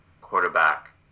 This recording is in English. quarterback